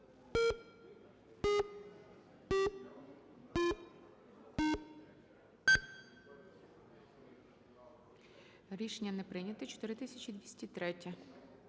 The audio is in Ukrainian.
Рішення не прийнято. 4275